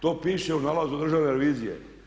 To piše u nalazu Državne revizije.